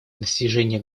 достижение